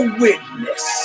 witness